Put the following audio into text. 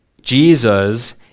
Jesus